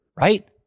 right